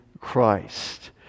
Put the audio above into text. Christ